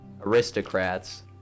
aristocrats